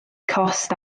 cost